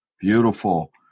Beautiful